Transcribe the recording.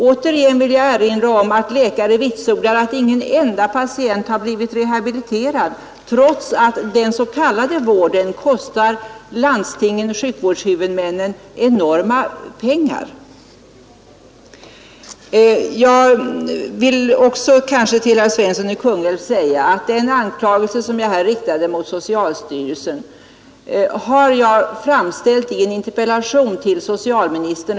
Återigen vill jag erinra om att läkare vitsordar, att ingen enda patient har blivit rehabiliterad trots att den s.k. vården kostar landstingen, sjukvårdshuvudmännen, enorma pengar. Jag vill till herr Svensson i Kungälv också säga, att den anklagelse som jag här har riktat mot socialstyrelsen har jag framställt i en interpellation till socialministern.